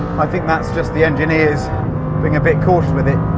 i think that's just the engineers being a bit cautious with it.